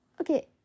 okay